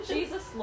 Jesus